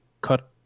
cut